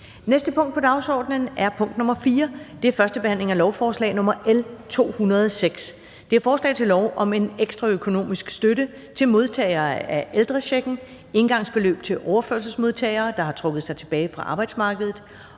næste punkt på dagsordenen er: 4) 1. behandling af lovforslag nr. L 206: Forslag til lov om en ekstra økonomisk støtte til modtagere af ældrechecken, engangsbeløb til overførselsmodtagere, der har trukket sig tilbage fra arbejdsmarkedet,